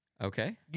Okay